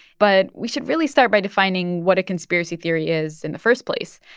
but we should really start by defining what a conspiracy theory is in the first place.